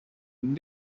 and